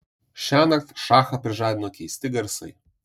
šiąnakt šachą prižadino keisti garsai